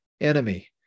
enemy